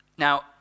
Now